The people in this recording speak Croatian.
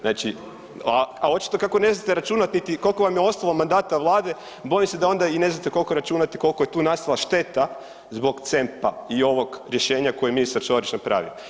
Znači … [[Upadica iz klupe se ne razumije]] a očito kako ne znate računati niti koliko vam je ostalo mandata vlade, bojim se da onda i ne znate kolko je računati kolko je tu nastala šteta zbog CEMP-a i ovog rješenja koje je ministar Ćorić napravio.